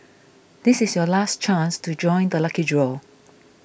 this is your last chance to join the lucky draw